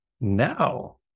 Now